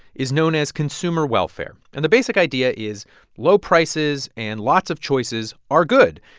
is known as consumer welfare. and the basic idea is low prices and lots of choices are good.